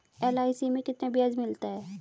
LIC में कितना ब्याज मिलता है?